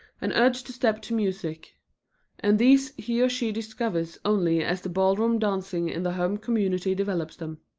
an urge to step to music and these he or she discovers only as the ballroom dancing in the home community develops them.